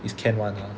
it's can [one] lah